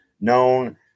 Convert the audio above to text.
known